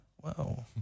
Wow